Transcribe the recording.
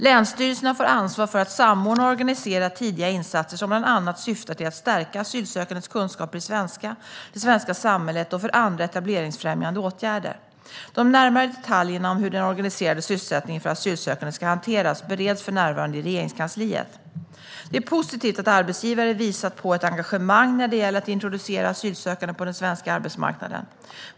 Länsstyrelserna får ansvar för att samordna och organisera tidiga insatser, som bland annat syftar till att stärka asylsökandes kunskaper i svenska och det svenska samhället, och för andra etableringsfrämjande åtgärder. De närmare detaljerna om hur den organiserade sysselsättningen för asylsökande ska hanteras bereds för närvarande i Regeringskansliet. Det är positivt att arbetsgivare visat ett engagemang när det gäller att introducera asylsökande på den svenska arbetsmarknaden.